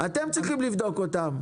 אתם צריכים לבדוק אותם.